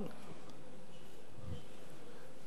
גם אם נלך למקורות, מבחינתי